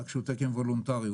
רק שהוא תקן וולונטרי,